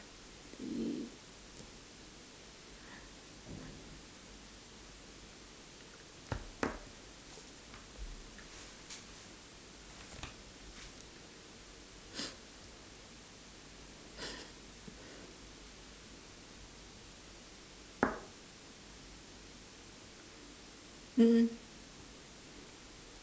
mm mm